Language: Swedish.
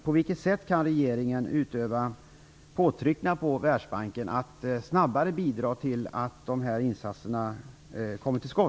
På vilket sätt kan regeringen utöva påtryckningar på Världsbanken så att man snabbare ser till att bidra till att de här insatserna kommer i gång?